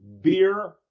Beer